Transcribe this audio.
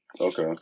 Okay